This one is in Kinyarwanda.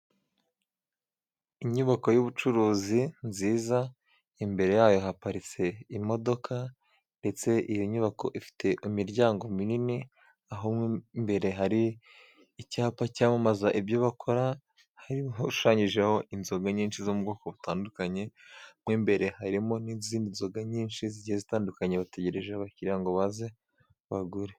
Inyubako y'ubucuruzi nziza. Imbere yayo haparitse imodoka ndetse iyo nyubako ifite imiryango minini, aho imbere hari icyapa cyamamaza ibyo bakora. Hashushanyijeho inzoga nyinshi zo mu bwoko butandukanye, mo imbere harimo n'izindi nzoga nyinshi zigiye zitandukanye. Bategereje abakiriya ngo baze bagure.